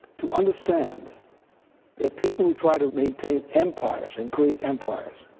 to understand that people who try to maintain empires and create empires,